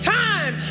time